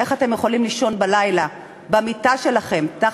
איך אתם יכולים לישון בלילה, במיטה שלכם,